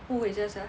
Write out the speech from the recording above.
who 回家 sia